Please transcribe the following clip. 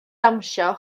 dawnsio